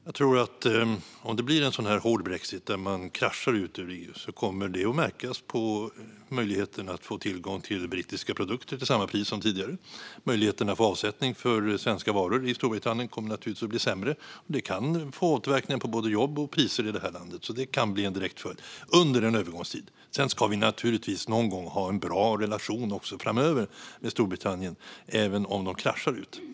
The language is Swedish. Fru talman! Om det blir en hård brexit av det slag att man kraschar ut ur EU tror jag att det kommer att märkas på möjligheten att få tillgång till brittiska produkter till samma pris som tidigare. Möjligheten att få avsättning för svenska varor i Storbritannien kommer naturligtvis att bli sämre. Det kan få återverkningar på både jobb och priser i det här landet. Detta kan alltså bli en direkt följd under en övergångstid. Sedan ska vi naturligtvis också någon gång framöver ha en bra relation med Storbritannien, även om de kraschar ut.